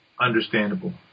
understandable